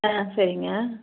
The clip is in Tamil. ஆ சரிங்க